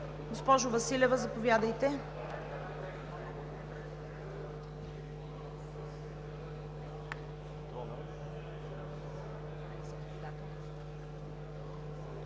Госпожо Василева, заповядайте.